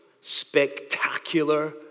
spectacular